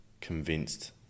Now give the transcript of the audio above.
convinced